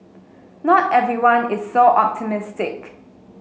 not everyone is so optimistic